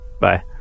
Bye